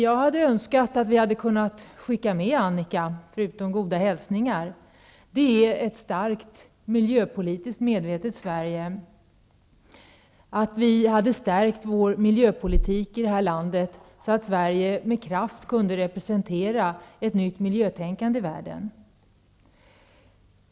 Jag hade önskat att vi hade kunnat skicka med Annika, förutom goda hälsningar, ett mycket miljöpolitiskt medvetet Vi borde ha stärkt vår miljöpolitik i detta land, så att Sverige med kraft kunde representera ett nytt miljötänkande i världen.